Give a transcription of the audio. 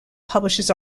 publishes